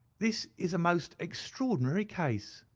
this is a most extraordinary case,